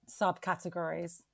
subcategories